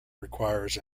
requires